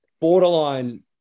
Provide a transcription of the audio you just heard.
borderline